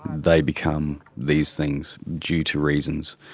they become these things due to reasons.